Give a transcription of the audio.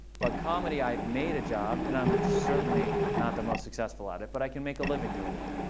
but comedy i've made a job. and i'm certainly not the most successful at it. but i can make a living doing it.